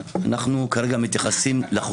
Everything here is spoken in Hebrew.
אנחנו כרגע מתייחסים לחוקים הקיימים.